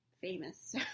famous